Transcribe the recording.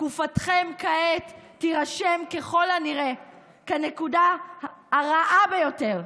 תקופתכם כעת תירשם, ככל הנראה, כנקודה הרעה ביותר.